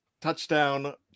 touchdown